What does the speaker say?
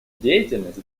деятельность